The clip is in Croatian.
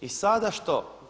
I sada što?